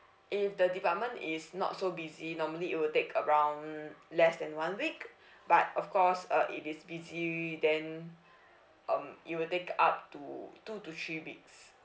if the department is not so busy normally it will take around less than one week but of course uh if it's busy then um it will take up to two to three weeks